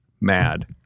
mad